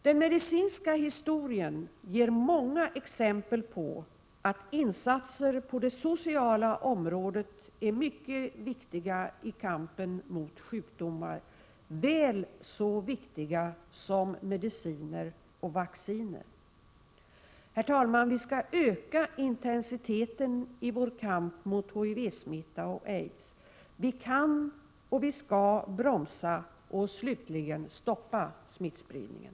Den medicinska historien ger många exempel på att insatser på det sociala området är mycket viktiga i kampen mot sjukdomar — väl så viktiga som mediciner och vacciner. Herr talman! Vi skall öka intensiteten i vår kamp mot HIV-smitta och aids. Vi kan och vi skall bromsa och slutligen stoppa smittspridningen.